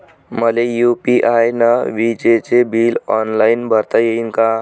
मले यू.पी.आय न विजेचे बिल ऑनलाईन भरता येईन का?